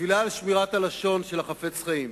תפילה לשמירת הלשון של החפץ-חיים: